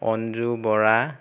Anju Bora